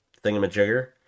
thingamajigger